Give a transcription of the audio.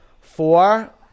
Four